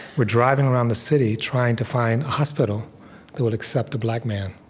we're driving around the city, trying to find a hospital that would accept a black man,